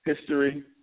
history